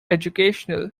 educational